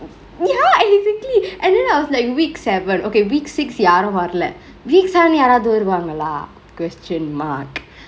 ya exactly and then I was like week seven okay week six யாரு வரல:yaaru varale week seven யாராவது வருவாங்களா:yaaravathu varuvangkelaa question mark